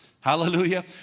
Hallelujah